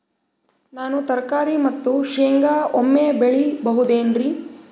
ನಾನು ತರಕಾರಿ ಮತ್ತು ಶೇಂಗಾ ಒಮ್ಮೆ ಬೆಳಿ ಬಹುದೆನರಿ?